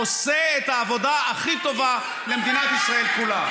עושה את העבודה הכי טובה למדינת ישראל כולה.